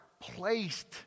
placed